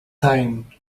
time